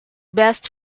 best